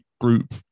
Group